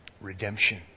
Redemption